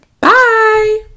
bye